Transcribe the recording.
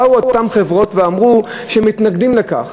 באו אותן חברות, אמרו שהם מתנגדים לכך.